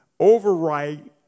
overwrite